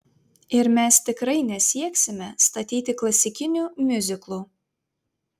ir mes tikrai nesieksime statyti klasikinių miuziklų